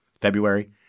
February